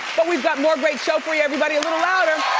but we've got more great show for you everybody! a little louder!